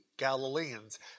Galileans